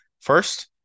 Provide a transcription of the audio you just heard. First